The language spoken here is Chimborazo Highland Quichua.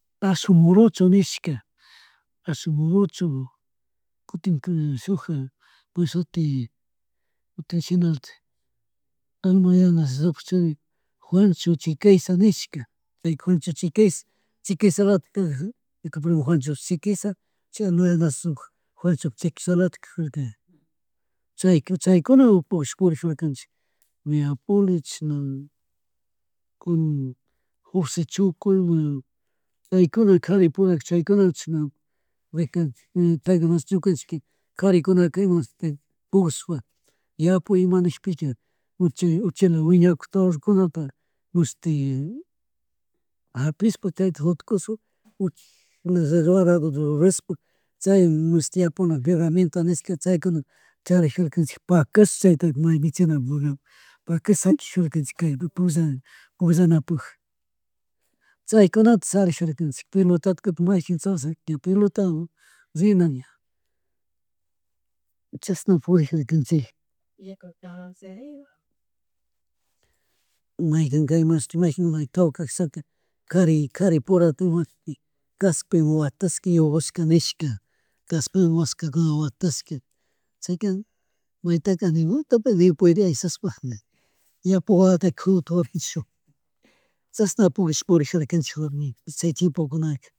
Pashu Morocho nishka Pashu Morocho kutin ka shuk imashuti kutin shinlatik alma Yanashupi churi Juancho Chicaiza, nishka chay Juancho Chicaiza, chicaizalatik kajak ñuka primo Juanchoshi Chicaiza, chashna Juanchopuk Chicaizalatik kajarka. Chayaka chaykunawan pugllak purikarnchik, yaya Poli chishna, Jose Choco ima chaykuna karipura chaykuna chishna purigjanchik chaykunash ñukanchik karikuna pullashpaka, yapuy nijika uchila wipakujika tzawarkunata mashti, japishpa chayta jututka uchila, arrado rurashjpa chay mashti yapuna herramienta nishka chaykunata charijanchik pakash chaytaka may michinamun, pakag shakirkadurkanchika kaya mincha pugllanapuja. Chaykunta charijurkanchik, pelotata kutin mayjin charishaka ña pelotawan rina ña. Chashna purijarkanchija, maijin ka mashti, mayjin may tawka kashaka kari purata mashti kashpiwan watashka ña nishka, kaspiwan, washkakunawan watashka, chayka maytaka ni, dempuede ayshashpa ña, ñawpa wawata chashna pullaka purijanchik warmiku chay tiempokunaka